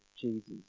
Jesus